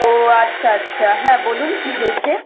ও আচ্ছা আচ্ছা হ্যাঁ বলুন কী হয়েছে